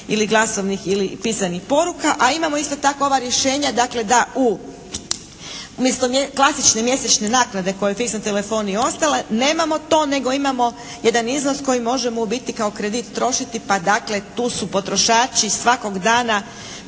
ili glasovnih ili pisanih poruka, a imamo isto tako ova rješenja dakle da u umjesto nje, klasične mjesečne naknade koja je u fiksnoj telefoniji ostala nemamo to, nego imamo jedan iznos koji možemo u biti kao kredit trošiti pa dakle tu su potrošači svakog dana